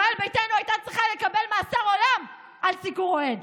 ישראל ביתנו הייתה צריכה לקבל מאסר עולם על סיקור אוהד,